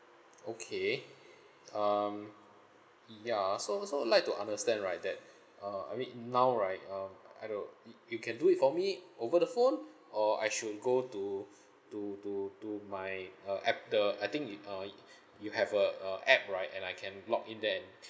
okay um ya so so would like to understand right that uh I mean now right um I don't y~ you can do it for me over the phone or I should go to to to to my uh app the I think you uh you have a a app right and I can log in there and